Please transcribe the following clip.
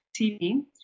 TV